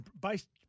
based